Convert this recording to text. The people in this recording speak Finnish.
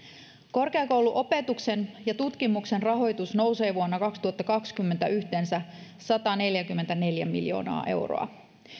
korkeakouluopetuksen ja tutkimuksen rahoitus nousee vuonna kaksituhattakaksikymmentä yhteensä sataneljäkymmentäneljä miljoonaa euroa